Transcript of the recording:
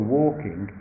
walking